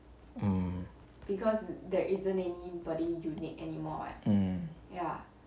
mm